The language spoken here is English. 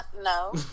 No